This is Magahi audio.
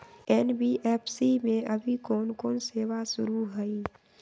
एन.बी.एफ.सी में अभी कोन कोन सेवा शुरु हई?